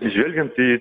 žvelgiant į